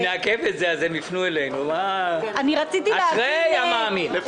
אם נעכב את זה הם יפנו אלינו אשרי המאמין.